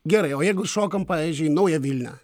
gerai o jeigu įšokam pavyzdžiui į naują vilnią